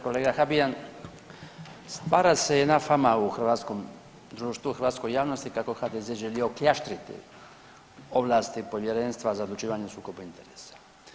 Kolega Habijan, stvara se jedna fama u hrvatskom društvu i hrvatskoj javnosti kako HDZ želi okljaštriti ovlasti Povjerenstva za odlučivanje o sukobu interesa.